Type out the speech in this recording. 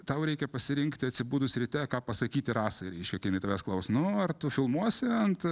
tau reikia pasirinkti atsibudus ryte ką pasakyti rasai reiškia kai jinai tavęs klaus nu ar tu filmuosi ant